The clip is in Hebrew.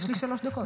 יש לי שלוש דקות.